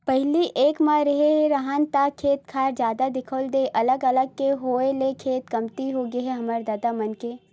पहिली एक म रेहे राहन ता खेत खार जादा दिखउल देवय अलग अलग के होय ले खेत कमती होगे हे हमर ददा मन के